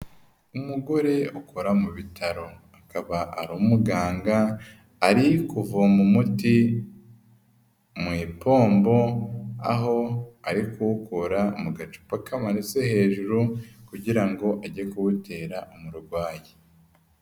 Umugore ukora mu bitaro, akaba ari umuganga, ari kuvoma umuti mu ipombo, aho ari kuwukora mu gacupa kamanitse hejuru kugira ngo ajye kuwutera umurwayi.